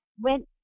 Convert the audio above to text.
went